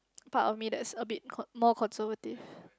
part of me that is a bit con~ more conservative